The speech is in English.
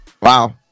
Wow